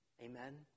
Amen